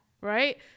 right